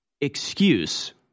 excuse